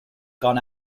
gone